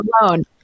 Alone